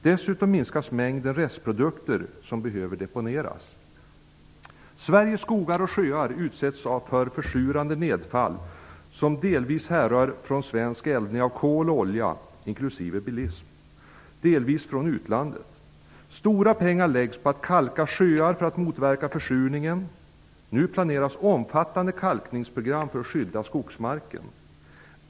Dessutom minskas mängden restprodukter som behöver deponeras. Sveriges skogar och sjöar utsätts för försurande nedfall, som härrör delvis från svensk eldning av kol och olja inklusive bilism, delvis från utlandet. Stora pengar läggs på att kalka sjöar för att motverka försurningen. Nu planeras omfattande kalkningsprogram för att skydda skogsmarken.